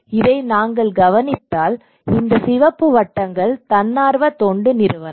இதை நீங்கள் கவனித்தால் இந்த சிவப்பு வட்டங்கள் தன்னார்வ தொண்டு நிறுவனங்கள்